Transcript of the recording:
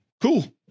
Cool